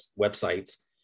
websites